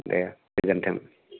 देह गोजोन्थों